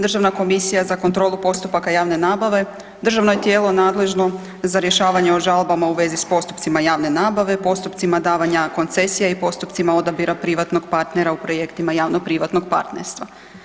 Državna komisija za kontrolu postupaka javne nabave državno je tijelo nadležno za rješavanje o žalbama u vezi s postupcima javne nabave, postupcima davanja koncesija i postupcima odabira privatnog partnera u projektima javno privatnog partnerstva.